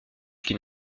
qu’il